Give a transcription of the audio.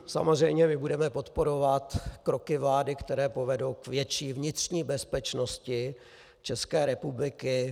Samozřejmě my budeme podporovat kroky vlády, které povedou k větší vnitřní bezpečnosti České republiky.